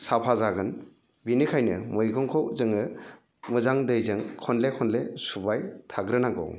साफा जागोन बेनिखायनो मैगंखौ जोङो मोजां दैजों खनले खनले सुबाय थाग्रो नांगौ